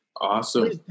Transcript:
Awesome